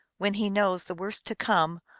when he knows the worst to come,